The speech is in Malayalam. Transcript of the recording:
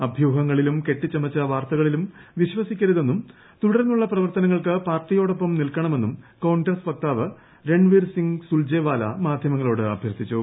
അഭ്യൂഹങ്ങളിലും കെട്ടിച്ചമച്ച് വാർത്തകളിലും വിശ്വസിക്കരുതെന്നും തുടർന്നുള്ള പ്രവർത്തനങ്ങൾക്ക് പാർട്ടിയോടൊപ്പം നിൽക്കണമെന്നും കോൺഗ്രസ് വക്താവ് രൺവീർസിംഗ് സുൽജെവാല മാധ്യമങ്ങളോട് അഭ്യർത്ഥിച്ചു